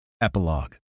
Epilogue